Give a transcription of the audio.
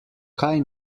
kaj